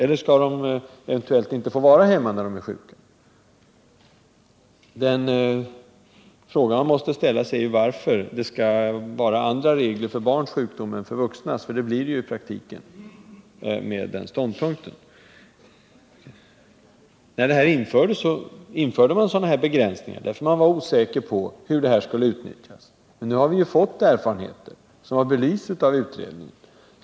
Eller skall barnen eventuellt inte få vara hemma när de är sjuka? Den fråga man måste ställa är varför det skall vara andra regler för barns sjukdom än för vuxnas — för så blir det ju i praktiken med er ståndpunkt. Från början infördes begränsningar i antalet dagar därför att man var osäker på hur möjligheten skulle utnyttjas. Men nu har vi fått erfarenheter som har belysts av utredningen.